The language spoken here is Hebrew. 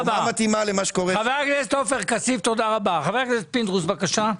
חבר הכנסת פינדרוס, בבקשה.